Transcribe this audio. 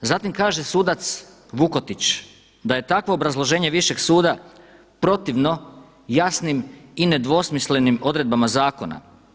Zatim kaže sudac Vukotić da je takvo obrazloženje višeg suda protivno jasnim i nedvosmislenim odredbama zakona.